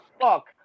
fuck